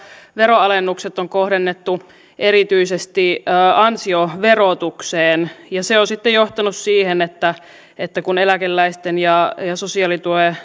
veronalennukset on kohdennettu erityisesti ansioverotukseen ja se on sitten johtanut siihen että että kun eläkeläisten ja sosiaalituen